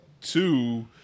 Two